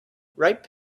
ripe